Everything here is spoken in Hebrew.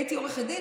הייתי עורכת דין,